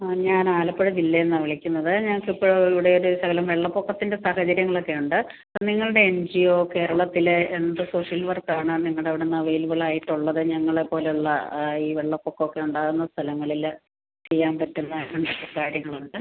ആ ഞാൻ ആലപ്പുഴ ജില്ലന്നാണ് വിളിക്കുന്നത് ഞങ്ങൾക്കിപ്പോൾ ഇവിടെ ഒരു ശകലം വെള്ളപ്പൊക്കത്തിൻ്റെ സാഹചര്യങ്ങളക്കെ ഉണ്ട് അപ്പം നിങ്ങളുടെ എൻ ജി യൊ കേരളത്തിലെ എന്ത് സോഷ്യൽ വർക്കാണ് നിങ്ങടവടുന്നവൈലബിളായിട്ടുള്ളത് ഞങ്ങളെപ്പോലുള്ള ഈ വെള്ളപ്പൊക്കവൊക്കെ ഉണ്ടാവുന്ന സ്ഥലങ്ങളിൽ ചെയ്യാൻ പറ്റുന്ന എന്തൊക്കെ കാര്യങ്ങളുണ്ട്